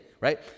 right